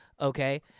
Okay